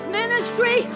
ministry